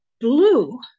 blue